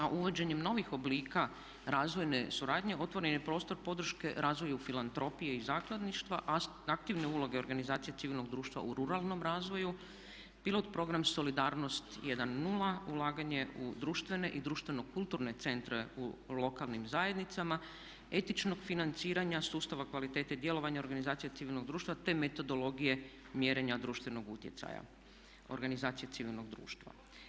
A uvođenjem novih oblika razvojne suradnje otvoren je prostor podrške razvoju filantropije i zakladništva, aktivne uloge organizacije civilnog društva u ruralnom razvoju, pilot program solidarnost 10, ulaganje u društvene i društveno kulturne centre u lokalnim zajednicama, etičnog financiranja sustava kvalitete djelovanja organizacija civilnog društva te metodologije mjerenja društvenog utjecaja organizacije civilnog društva.